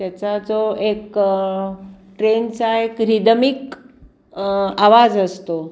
त्याचा जो एक ट्रेनचा एक रिदमिक आवाज असतो